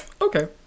Okay